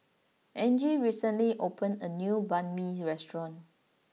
Angie recently opened a new Banh Mi restaurant